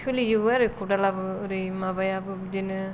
सोलिजोबो आरो खदालाबो ओरै माबायाबो बिदिनो